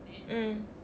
mm